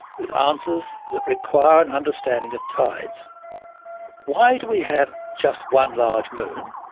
with answers that require an understanding of tides why do we have just one large moon?